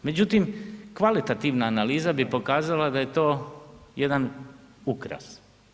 Međutim, kvalitativna analiza bi pokazala da je to jedan ukras.